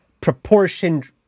proportioned